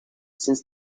since